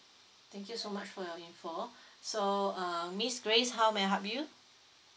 thank you so much for your info so um miss grace how may I help you